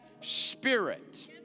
Spirit